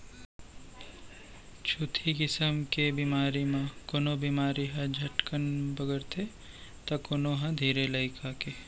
छुतही किसम के बेमारी म कोनो बेमारी ह झटकन बगरथे तौ कोनो ह धीर लगाके